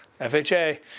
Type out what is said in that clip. FHA